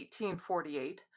1848